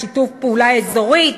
את המשרד לשיתוף פעולה אזורי,